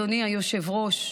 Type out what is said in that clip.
אדוני היושב-ראש?